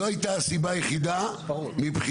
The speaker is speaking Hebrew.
זו הייתה הסיבה היחידה מבחינתכם.